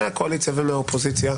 מהקואליציה ומהאופוזיציה,